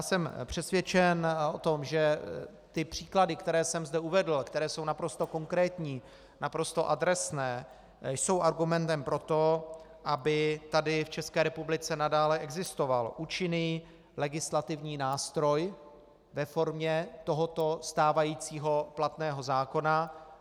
Jsem přesvědčen o tom, že příklady, které jsem zde uvedl, které jsou naprosto konkrétní, naprosto adresné, jsou argumentem pro to, aby tady v České republice nadále existoval účinný legislativní nástroj ve formě tohoto stávajícího platného zákona.